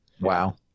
Wow